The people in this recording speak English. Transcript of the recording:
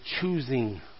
choosing